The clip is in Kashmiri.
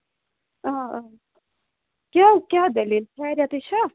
آ آ کیٛاہ کیٛاہ دٔلیٖل خیریَتٕے چھا